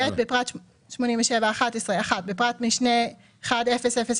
"(ב) בפרט 87.11 בפרט משנה 100000,